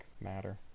matter